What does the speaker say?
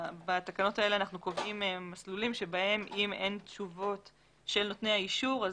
בתקנות האלה אנחנו קובעים מסלולים בהם אם אין תשובות של נותני האישור,